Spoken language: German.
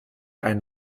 ein